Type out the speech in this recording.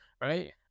right